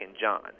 John